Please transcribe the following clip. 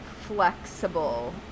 flexible